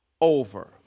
over